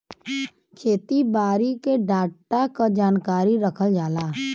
खेती बारी के डाटा क जानकारी रखल जाला